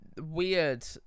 weird